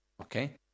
okay